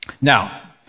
Now